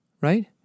Right